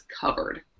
covered